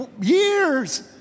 years